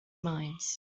minds